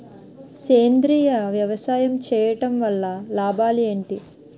సేంద్రీయ వ్యవసాయం చేయటం వల్ల లాభాలు ఏంటి?